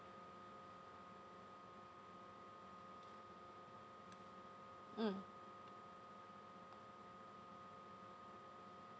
mm